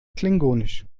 klingonisch